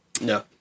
No